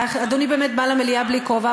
אדוני באמת בא למליאה בלי כובע,